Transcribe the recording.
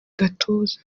gatuza